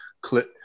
clip